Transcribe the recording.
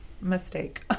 mistake